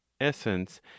essence